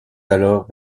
alors